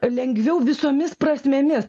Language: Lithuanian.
lengviau visomis prasmėmis